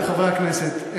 חברי הכנסת,